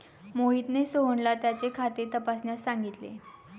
मोहितने सोहनला त्याचे खाते तपासण्यास सांगितले